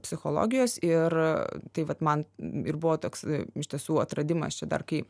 psichologijos ir tai vat man ir buvo toks iš tiesų atradimas čia dar kai